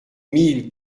mille